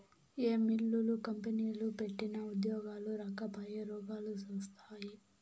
ఏ మిల్లులు, కంపెనీలు పెట్టినా ఉద్యోగాలు రాకపాయె, రోగాలు శాస్తాయే